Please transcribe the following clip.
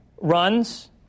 runs